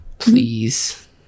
Please